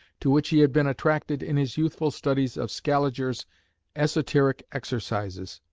to which he had been attracted in his youthful studies of scaliger's exoteric exercises.